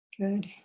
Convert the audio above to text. Good